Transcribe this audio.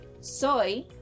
Soy